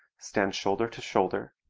stand shoulder to shoulder,